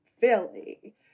Philly